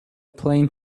plane